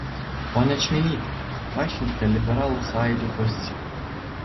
ponia čmilyte paaiškinkite liberalų sąjūdžio poziciją